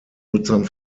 nutzern